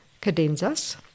cadenzas